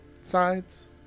sides